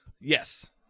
yes